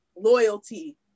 loyalty